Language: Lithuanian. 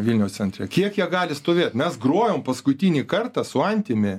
vilniaus centre kiek jie gali stovėt mes grojom paskutinį kartą su antimi